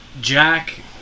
Jack